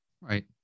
Right